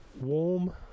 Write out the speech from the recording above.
warm